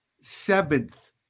seventh